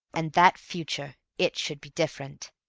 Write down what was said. and that future, it should be different.